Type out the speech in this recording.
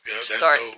start